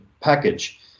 package